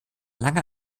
langer